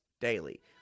daily